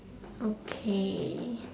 okay